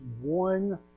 one